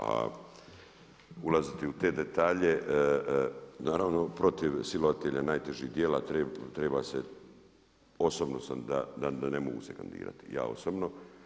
A ulaziti u te detalje naravno protiv silovatelja i najtežih djela treba se osobno sam da ne mogu se kandidirati, ja osobno.